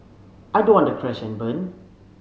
I don't want to crash and burn